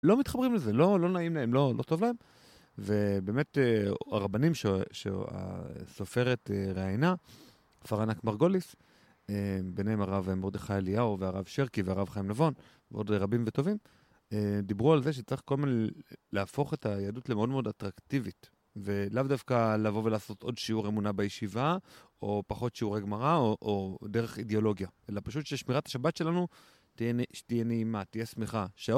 לא מתחברים לזה, לא נעים להם, לא טוב להם. ובאמת, הרבנים שהסופרת ראיינה, פרנק מרגוליס, ביניהם הרב מרדכי אליהו והרב שרקי והרב חיים נבון, ועוד רבים וטובים, דיברו על זה שצריך כל מיני, להפוך את היהדות למאוד מאוד אטרקטיבית. ולאו דווקא לבוא ולעשות עוד שיעור אמונה בישיבה, או פחות שיעורי גמרא, או דרך אידיאולוגיה. אלא פשוט ששמירת השבת שלנו תהיה נעימה, תהיה שמחה.